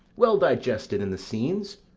well digested in the scenes,